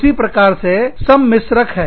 उसी प्रकार से सम्मिश्रक है